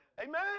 Amen